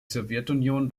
sowjetunion